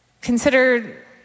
consider